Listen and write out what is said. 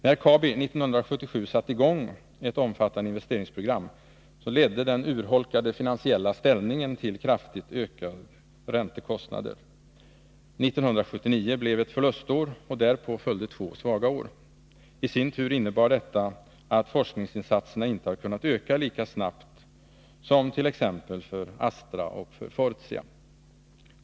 När Kabi 1977 satte i gång ett omfattande investeringsprogram, ledde den urholkade finansiella ställningen till kraftigt ökade räntekostnader. År 1979 blev ett förlustår, och därpå följde två svaga år. I sin tur innebar detta att forskningsinsatserna inte har kunnat öka lika snabbt som t.ex. vid Astra och Fortia.